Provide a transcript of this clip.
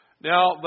Now